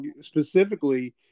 specifically